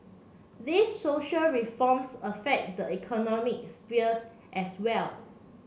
these social reforms affect the economic spheres as well